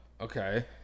Okay